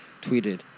tweeted